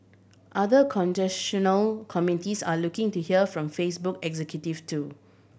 other committees are looking to hear from Facebook executive too